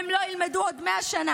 הם לא ילמדו עוד 100 שנה.